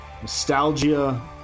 nostalgia